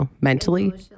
mentally